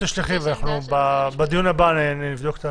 תשלחי, ובדיון הבא אנחנו נבדוק.